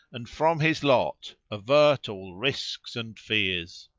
and from his lot avert all risks and fears!